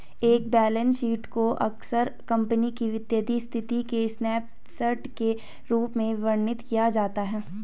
एक balance sheet को अक्सर कंपनी की वित्तीय स्थिति के स्नैपशॉट के रूप में वर्णित किया जाता है